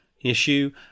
issue